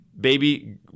baby